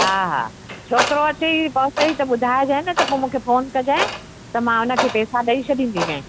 हा हा छोकिरो अचे ई पहुचई त ॿुधाइजे न त पोइ मूंखे फोन कजे त मां उनखे पेसा ॾेई छॾींदीमाव